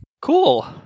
cool